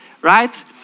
right